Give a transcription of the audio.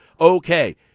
okay